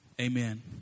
amen